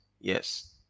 Yes